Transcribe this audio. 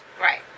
Right